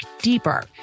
deeper